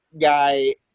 guy